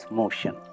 motion